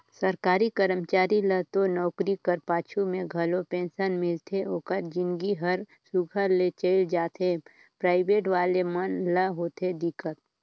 सरकारी करमचारी ल तो नउकरी कर पाछू में घलो पेंसन मिलथे ओकर जिनगी हर सुग्घर ले चइल जाथे पराइबेट वाले मन ल होथे दिक्कत